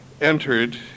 entered